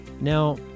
Now